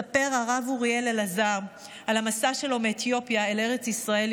מספר הרב אוריאל אלעזר על המסע שלו מאתיופיה אל ארץ ישראל,